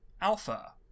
Alpha